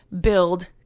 build